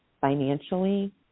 financially